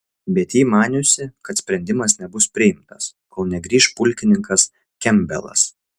bet ji maniusi kad sprendimas nebus priimtas kol negrįš pulkininkas kempbelas